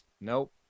nope